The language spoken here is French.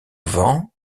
vent